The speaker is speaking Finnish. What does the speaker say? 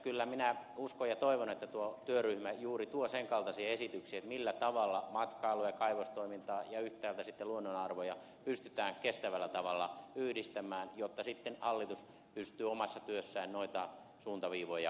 kyllä minä uskon ja toivon että tuo työryhmä juuri tuo sen kaltaisia esityksiä millä tavalla matkailua ja kaivostoimintaa ja yhtäältä luonnonarvoja pystytään kestävällä tavalla yhdistämään jotta sitten hallitus pystyy omassa työssään noita suuntaviivoja toteuttamaan